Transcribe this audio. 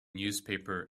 newspaper